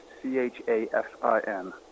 C-H-A-F-I-N